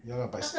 ya lah but it's